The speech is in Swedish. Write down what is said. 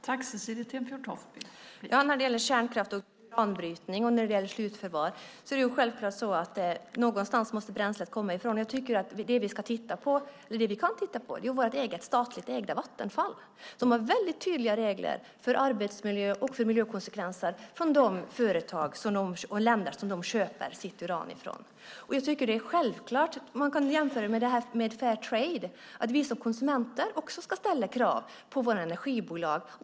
Fru talman! När det gäller kärnkraft, uranbrytning och slutförvaring är det självklart så att någonstans måste bränslet komma ifrån. Det jag tycker att det vi kan titta på är vårt eget statligt ägda Vattenfall. De har väldigt tydliga regler för arbetsmiljö och miljökonsekvenser för de företag och länder som de köper sitt uran ifrån. Jag tycker att man kan jämföra med fairtrade, att vi som konsumenter också ska ställa krav på våra energibolag.